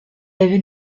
avait